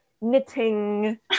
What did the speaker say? knitting